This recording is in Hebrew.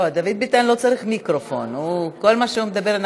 תמשיך, תמשיך.